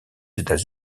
états